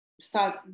start